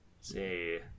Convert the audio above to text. see